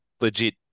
legit